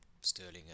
Sterling